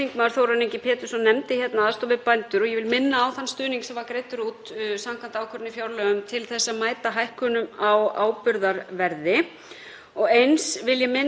Eins vil ég minna á fæðuöryggisstefnuna sem er von á núna í apríl sem er þá til lengri tíma. En stóra málið í þessu er að hér finnst mér í senn fara saman